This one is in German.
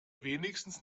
wenigstens